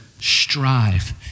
strive